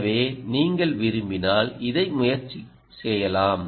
எனவே நீங்கள் விரும்பினால் இதை முயற்சி செய்யலாம்